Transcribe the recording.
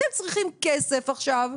אתם צריכים כסף עכשיו,